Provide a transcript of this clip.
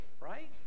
right